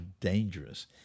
dangerous